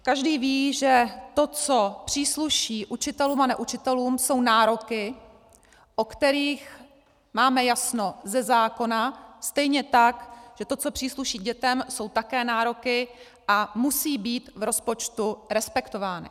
Každý ví, že to, co přísluší učitelům a neučitelům, jsou nároky, o kterých máme jasno ze zákona, stejně tak že to, co přísluší dětem, jsou také nároky a musí být v rozpočtu respektovány.